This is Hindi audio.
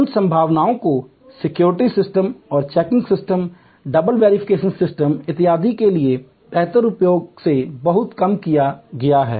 उन संभावनाओं को सिक्योरिटी सिस्टम और checking system double verification system इत्यादि के बेहतर उपयोग से बहुत कम किया गया है